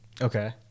Okay